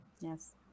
Yes